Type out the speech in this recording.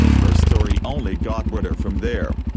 her story only got weirder from there.